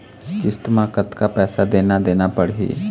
किस्त म कतका पैसा देना देना पड़ही?